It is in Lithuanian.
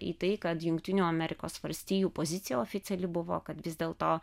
į tai kad jungtinių amerikos valstijų pozicija oficiali buvo kad vis dėlto